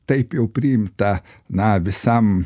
taip jau priimta na visam